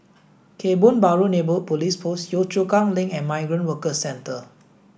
Kebun Baru Neighbourhood Police Post Yio Chu Kang Link and Migrant Workers Centre